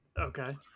Okay